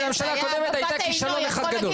הממשלה הקודמת הייתה כישלון אחד גדול,